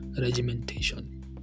regimentation